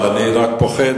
אבל אני רק פוחד,